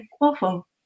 awful